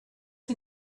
who